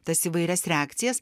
tas įvairias reakcijas